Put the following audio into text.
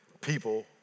people